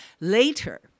Later